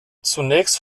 zunächst